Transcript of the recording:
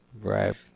Right